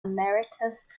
emeritus